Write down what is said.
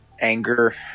anger